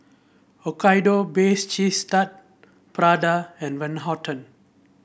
Hokkaido Cheese Tart Prada and Van Houten